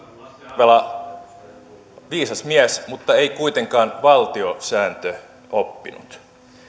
arvela viisas mies mutta ei kuitenkaan valtiosääntöoppinut